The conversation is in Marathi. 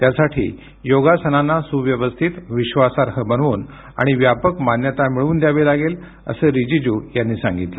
त्यासाठी योगासनांना सुव्यवस्थित विश्वासार्ह बनवून आणि व्यापक मान्यता मिळवून द्यावी लागेल असं रिजिजु यांनी सांगितलं